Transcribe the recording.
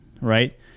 right